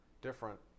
different